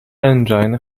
engine